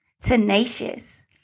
tenacious